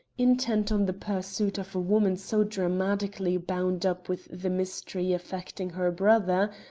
intent on the pursuit of a woman so dramatically bound up with the mystery affecting her brother,